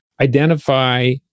Identify